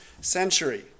century